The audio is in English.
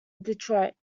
detroit